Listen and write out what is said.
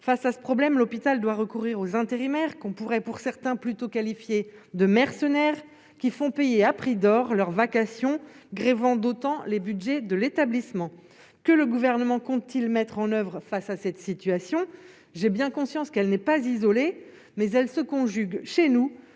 face à ce problème, l'hôpital doit recourir aux intérimaires, qu'on pourrait, pour certains, plutôt qualifiés de mercenaires qui font payer à prix d'or leur vacations grevant d'autant les Budgets de l'établissement, que le gouvernement compte-t-il mettre en oeuvre, face à cette situation, j'ai bien conscience qu'elle n'est pas isolé mais elle se conjuguent chez nous